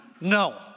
no